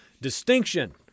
distinction